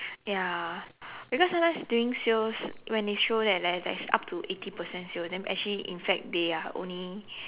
ya because sometimes during sales when they show that like there's up to eighty percent sales then actually in fact they are only